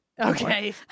Okay